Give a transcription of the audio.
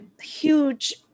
huge